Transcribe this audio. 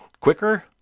quicker